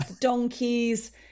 donkeys